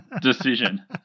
decision